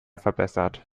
verbessert